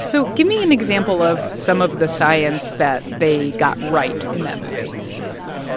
so give me an example of some of the science that they got right in that movie